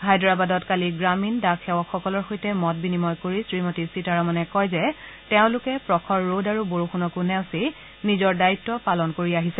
হায়দৰাবাদত কালি গ্ৰামীণ ডাক সেৱকসকলৰ সৈতে মত বিনিময় কৰি শ্ৰী মতী সীতাৰমনে কয় যে তেওঁলোকে প্ৰখৰ ৰদ আৰু বৰষুণকো নেওচি নিজৰ দায়িত্ব পালন কৰি আহিছে